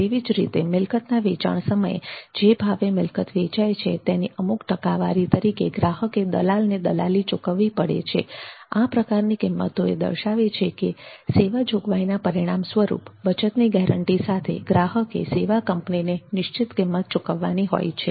તેવી જ રીતે મિલકતના વેચાણ સમયે જે ભાવે મિલકત વેચાય છે તેની અમુક ટકાવારી તરીકે ગ્રાહકે દલાલને દલાલી ચૂકવવી પડે છે આ પ્રકારની કિંમતો એ દર્શાવે છે કે સેવા જોગવાઈના પરિણામ સ્વરૂપ બચતની ગેરંટી સાથે ગ્રાહકે સેવા કંપનીને નિશ્ચિત કિંમત ચૂકવવાની હોય છે